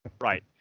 right